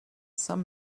some